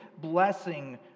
blessing